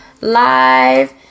Live